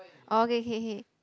okay K K